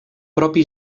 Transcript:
propi